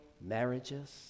marriages